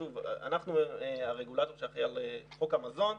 שוב, אנחנו הרגולטור שאחראי על חוק המזון.